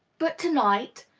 but to-night,